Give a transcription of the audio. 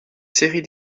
série